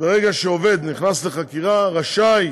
ברגע שעובד נכנס לחקירה, רשאי